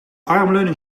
armleuning